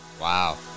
Wow